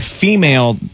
female